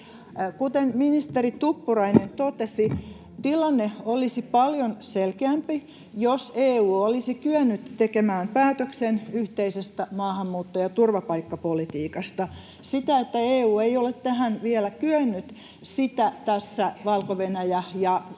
Kuten ministeri Tuppurainen totesi, tilanne olisi paljon selkeämpi, jos EU olisi kyennyt tekemään päätöksen yhteisestä maahanmuutto- ja turvapaikkapolitiikasta. Sitä, että EU ei ole tähän vielä kyennyt, tässä Valko-Venäjä ja ehkä